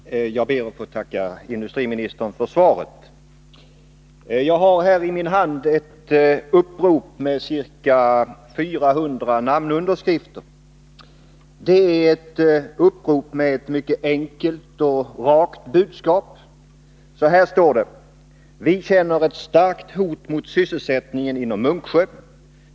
Fru talman! Jag ber att få tacka industriministern för svaret. Jag har här i min hand ett upprop med ca 400 namnunderskrifter. Det är ett upprop med ett mycket enkelt och rakt budskap. Så här står det: ”Vi känner ett starkt hot mot sysselsättningen inom Munksjö.